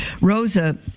Rosa